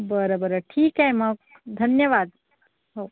बरं बरं ठीक आहे मग धन्यवाद हो